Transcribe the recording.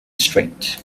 straight